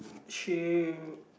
shoe